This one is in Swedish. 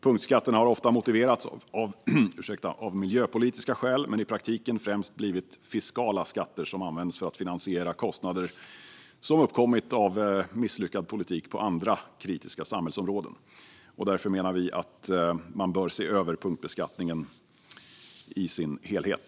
Punktskatterna har ofta motiverats av miljöpolitiska skäl men har i praktiken främst blivit fiskala skatter som används för att finansiera kostnader som uppkommit genom misslyckad politik på andra kritiska samhällsområden. Därför menar vi att man bör se över punktbeskattningen i dess helhet.